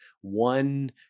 one